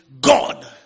god